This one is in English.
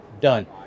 done